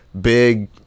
big